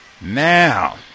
now